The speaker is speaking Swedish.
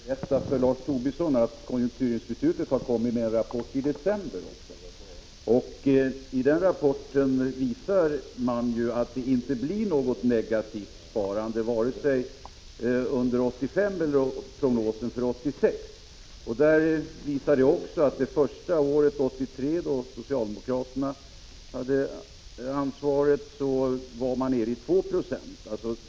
Herr talman! Jag kanske skall berätta för Lars Tobisson att konjunkturinstitutet kom med en rapport i december också. Den rapporten visar att det inte blir något negativt sparande vare sig under 1985 eller, enligt prognosen, under 1986. År 1983, då socialdemokraterna återigen hade ansvaret, var sparandet nere i 2 20.